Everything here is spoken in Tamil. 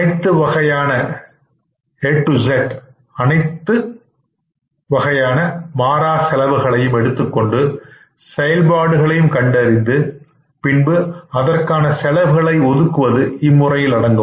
அனைத்து வகையான மாறா செலவுகளையும் எடுத்துக்கொண்டு செயல்பாடுகளையும் கண்டறிந்து பின்பு அதற்கான செலவுகளை ஒதுக்குவது இம்முறையில் அடங்கும்